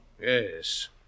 Yes